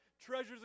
treasures